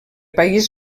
país